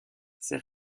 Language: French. ses